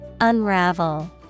Unravel